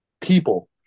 people